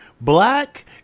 black